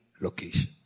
location